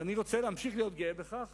ואני רוצה להמשיך להיות גאה בכך